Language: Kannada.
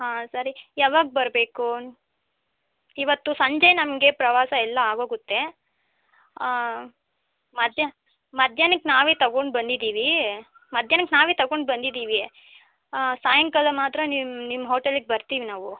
ಹಾಂ ಸರಿ ಯಾವಗ ಬರಬೇಕು ಇವತ್ತು ಸಂಜೆ ನಮಗೆ ಪ್ರವಾಸ ಎಲ್ಲ ಆಗೋಗುತ್ತೆ ಮಧ್ಯಾಹ್ನಕ್ಕೆ ನಾವೇ ತಗೊಂಡು ಬಂದಿದ್ದೀವಿ ಮಧ್ಯಾಹ್ನಕ್ಕೆ ನಾವೇ ತಗೊಂಡ್ ಬಂದಿದ್ದೀವಿ ಸಾಯಂಕಾಲ ಮಾತ್ರ ನಿಮ್ಮ ನಿಮ್ಮ ಹೋಟೆಲಿಗೆ ಬರ್ತೀವಿ ನಾವು